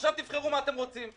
עכשיו תבחרו מה אתם רוצים.